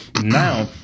Now